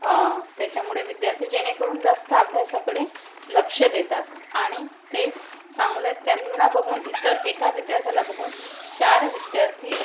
त्याच्यामुळे विद्यार्थी जेणेकरून जास्त अभ्यासाकडे लक्ष देतात आणि ते चांगलं त्यांना बघून इतर एका विद्यार्थ्याला बघून चार विद्यार्थी